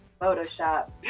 Photoshop